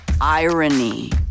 irony